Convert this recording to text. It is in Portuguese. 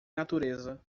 natureza